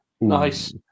Nice